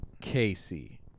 Casey